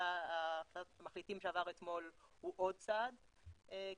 הצעת המחליטים שעברה אתמול הוא עוד צעד קדימה,